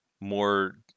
more